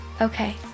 Okay